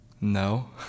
no